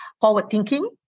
forward-thinking